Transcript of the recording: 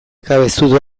cabezudo